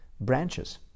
branches